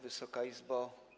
Wysoka Izbo!